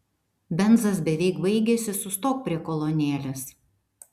benzas beveik baigėsi sustok prie kolonėlės